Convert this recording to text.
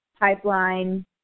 Pipeline